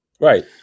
Right